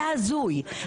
זה הזוי.